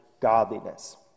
godliness